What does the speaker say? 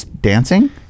dancing